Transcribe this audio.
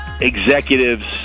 Executives